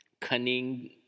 cunning